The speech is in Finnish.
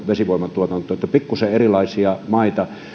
vesivoiman tuotanto jotakin lähes puolet pikkusen erilaisia maita